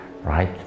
right